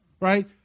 right